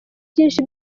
byinshi